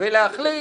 ולהחליט